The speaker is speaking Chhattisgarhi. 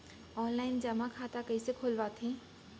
ऑनलाइन जेमा खाता कइसे खोलवाथे?